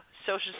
Social